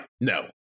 No